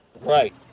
Right